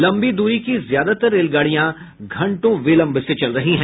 लंबी दूरी की ज्यादातर रेलगाड़ियां घंटो विलंब से चल रही हैं